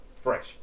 Fresh